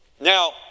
Now